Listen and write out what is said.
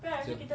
so